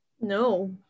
No